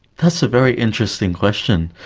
that's a very interesting question.